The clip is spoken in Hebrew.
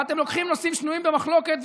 ואתם לוקחים נושאים שנויים במחלוקת,